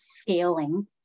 scaling